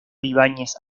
ibáñez